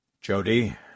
Jody